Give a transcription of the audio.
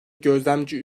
gözlemci